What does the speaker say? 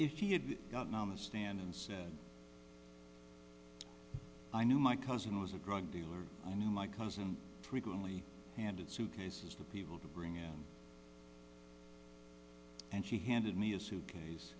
if she had gotten on the stand and said i knew my cousin was a growing dealer i knew my cousin frequently handed suitcases to people to bring him and she handed me a suitcase